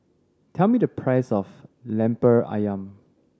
tell me the price of Lemper Ayam